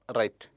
right